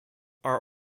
are